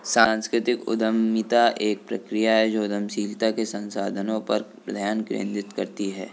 सांस्कृतिक उद्यमिता एक प्रक्रिया है जो उद्यमशीलता के संसाधनों पर ध्यान केंद्रित करती है